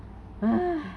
!hais!